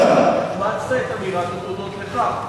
אמירת התודות לך.